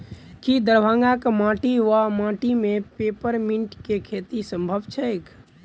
की दरभंगाक माटि वा माटि मे पेपर मिंट केँ खेती सम्भव छैक?